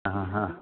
ஆஹான்